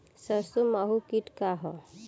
सरसो माहु किट का ह?